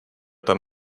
tam